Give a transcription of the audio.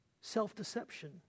self-deception